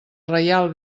reial